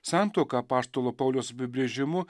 santuoka apaštalo pauliaus apibrėžimu